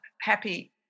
happy